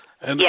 Yes